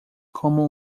como